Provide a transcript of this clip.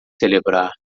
celebrar